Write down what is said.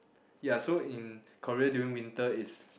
ya so in Korea during winter is